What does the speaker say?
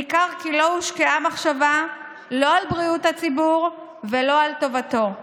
ניכר כי לא הושקעה מחשבה לא על בריאות הציבור ולא על טובתו.